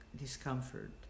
discomfort